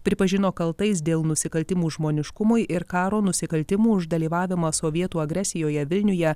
pripažino kaltais dėl nusikaltimų žmoniškumui ir karo nusikaltimų už dalyvavimą sovietų agresijoje vilniuje